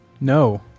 No